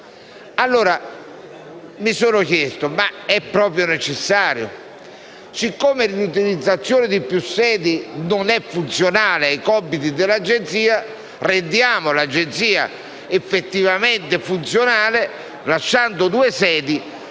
Mi sono chiesto, quindi: è proprio necessario? Siccome l'utilizzazione di più sedi non è funzionale ai compiti dell'Agenzia, rendiamo l'Agenzia effettivamente funzionale lasciando due sedi,